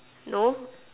no